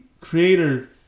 creator